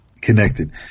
connected